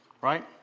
right